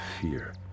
fear